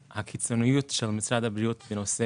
הקיצוניות של משרד הבריאות בנושא